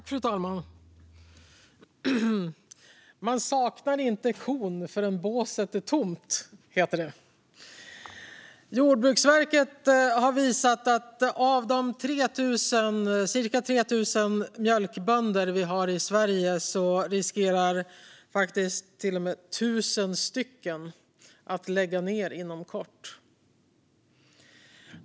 Fru talman! Man saknar inte kon förrän båset är tomt, heter det. Jordbruksverket har visat att det finns en risk att 1 000 av de cirka 3 000 mjölkbönder vi har faktiskt kommer att lägga ned inom kort.